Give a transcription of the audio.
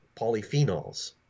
polyphenols